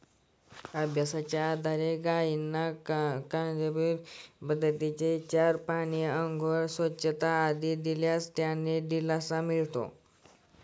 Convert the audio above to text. अभ्यासाच्या आधारे गायींना कालबद्ध पद्धतीने चारा, पाणी, आंघोळ, स्वच्छता आदी दिल्यास त्यांना दिलासा मिळतो